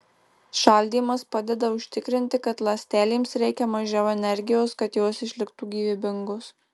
šaldymas padeda užtikrinti kad ląstelėms reikia mažiau energijos kad jos išliktų gyvybingos